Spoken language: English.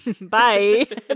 bye